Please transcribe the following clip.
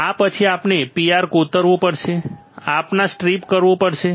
આ પછી આપણે PR કોતરવું પડશે અથવા સ્ટ્રીપ કરવું પડશે